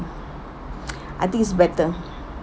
I think it's better